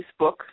Facebook